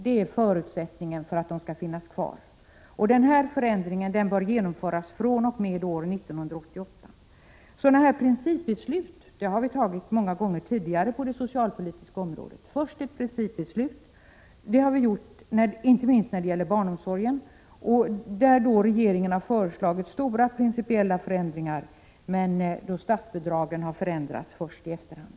Detta är en förutsättning för att de skall finnas kvar. Denna förändring bör genomföras år 1988. Sådana här principbeslut har vi fattat många gånger tidigare på det socialpolitiska området. Principbeslut har vi inte minst när det gäller barnomsorgen fattat på så sätt att regeringen har föreslagit stora principiella förändringar, medan statsbidraget har förändrats först i efterhand.